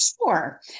Sure